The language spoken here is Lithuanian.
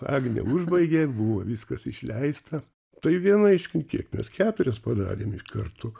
agnė užbaigė buvo viskas išleista tai viena iš nu kiek mes keturias padarėm kartu